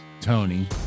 Tony